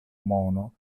mono